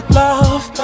love